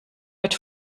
wird